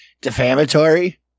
defamatory